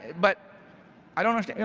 but i don't understand.